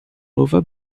luva